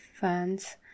fans